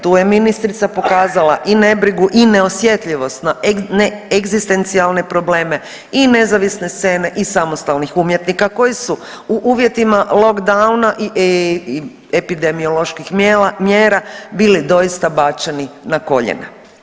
Tu je ministrica pokazala i nebrigu i neosjetljivost na neegzistencijalne probleme i nezavisne scene i samostalnih umjetnika koji su u uvjetima lockdowna i epidemioloških mjera bili doista bačeni na koljena.